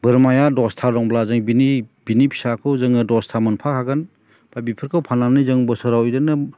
बोरमाया दसथा दंब्ला जों बिनि बिनि फिसाखौ जों दसथा मोनफाखागोन दा बेफोरखौ फाननानै जों बोसोराव इदिनो